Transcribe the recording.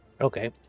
Okay